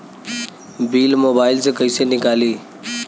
Bill mobile से कईसे निकाली?